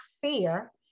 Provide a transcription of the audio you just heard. fear